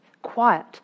Quiet